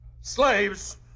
Slaves